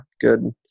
good